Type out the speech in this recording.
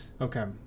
Okay